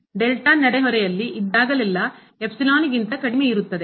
xyಇದ್ದಾಗಲೆಲ್ಲಾ epsilon ಗಿಂತ ಕಡಿಮೆಯಿರುತ್ತದೆ